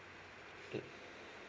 mm